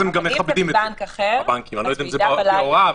אם זה בבנק אחר הוא יידע בלילה.